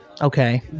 okay